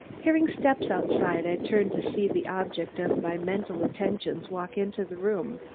hearing steps outside, i turned to see the object of my mental attentions walk into the room.